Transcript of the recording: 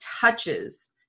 touches